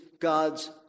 God's